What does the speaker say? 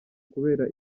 kubera